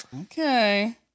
Okay